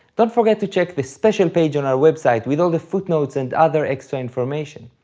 don't forget to check the special page on our website with all the footnotes and other extra information.